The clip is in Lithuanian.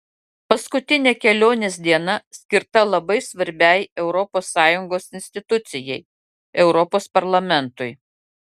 paskutinė kelionės diena skirta labai svarbiai europos sąjungos institucijai europos parlamentui